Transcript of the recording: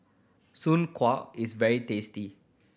Soon Kuih is very tasty